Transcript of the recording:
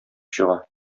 чыга